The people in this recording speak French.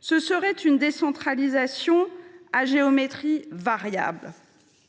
ce serait une décentralisation à géométrie variable.